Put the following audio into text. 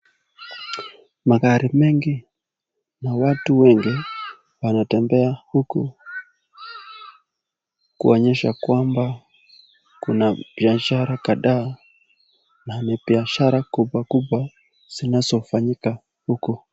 Magari mengi na watu wengi wanatembea huku. Kuanyesha kwamba kuna biashara kadhaa, na ni biashara kubwa kubwa zinaofanyika huku.